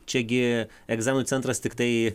čiagi egzaminų centras tiktai